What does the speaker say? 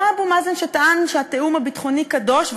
אותו אבו מאזן שטען שהתיאום הביטחוני קדוש,